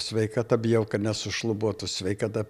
sveikata bijau kad nesušlubuotų sveikata